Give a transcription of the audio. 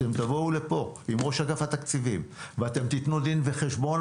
אתם תבואו לפה עם ראש אגף התקציבים ותיתנו דין וחשבון